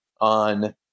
on